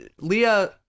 Leah